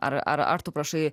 ar ar tu prašai